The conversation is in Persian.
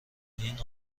این